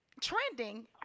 Trending